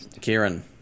Kieran